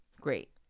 Great